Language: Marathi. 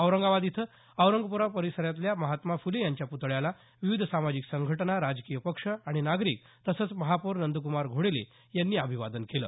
औरंगाबाद इथं औरंगपुरा परिसरातल्या महात्मा फुले यांच्या प्तळ्याला विविध सामाजिक संघटना राजकीय पक्ष आणि नागरिक तसंच महापौर नंद्क्मार घोडेले यांनी अभिवादन केलं